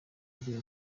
agira